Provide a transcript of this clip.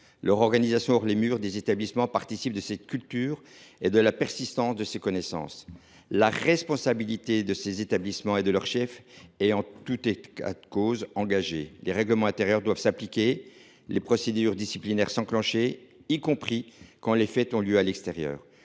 Leur organisation hors les murs des établissements participe de cette culture et de la persistance de ces conséquences. La responsabilité des établissements et de leurs chefs est en tout état de cause engagée. Les règlements intérieurs doivent s’appliquer et les procédures disciplinaires s’enclencher, y compris quand les faits ont lieu à l’extérieur.